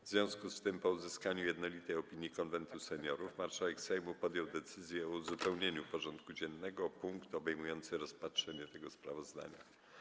W związku z tym, po uzyskaniu jednolitej opinii Konwentu Seniorów, marszałek Sejmu podjął decyzję o uzupełnieniu porządku dziennego o punkt obejmujący rozpatrzenie tego sprawozdania.